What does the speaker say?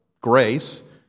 grace